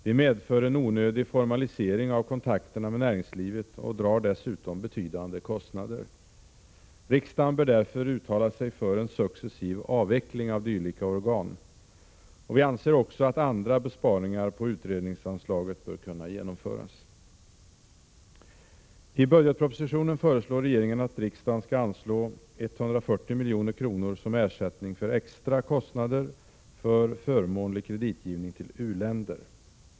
De medför en onödig formalisering av kontakterna med näringslivet och drar dessutom betydande kostnader. Riksdagen bör därför uttala sig för en successiv avveckling av dylika organ. Vi anser också att andra besparingar på utredningsanslaget bör kunna genomföras. I budgetpropositionen föreslår regeringen att riksdagen skall anslå 140 milj.kr. som ersättning för extra kostnader för förmånlig kreditgivning till u-länder.